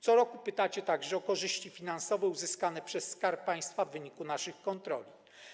Co roku pytacie także państwo o korzyści finansowe uzyskane przez Skarb Państwa w wyniku naszych kontroli.